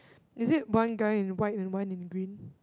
is it one guy in white and one in green